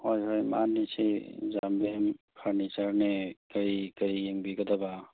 ꯍꯣꯏ ꯍꯣꯏ ꯃꯥꯟꯅꯤ ꯁꯤ ꯌꯥꯝꯕꯦꯝ ꯐꯔꯅꯤꯆꯔꯅꯦ ꯀꯔꯤ ꯀꯔꯤ ꯌꯦꯡꯕꯤꯒꯗꯕ